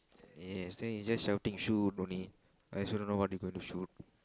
yes then he just shouting shoot only I also don't know what he going to shoot